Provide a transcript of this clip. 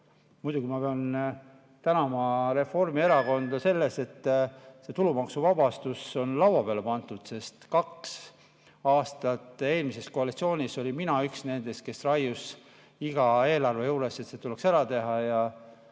Muidugi pean ma tänama Reformierakonda selle eest, et see tulumaksuvabastus on laua peale pandud, sest kaks aastat eelmise koalitsiooni ajal oli mina üks nendest, kes raius iga eelarve juures, et see tuleks ära teha,